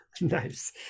Nice